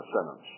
sentence